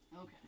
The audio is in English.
Okay